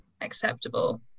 acceptable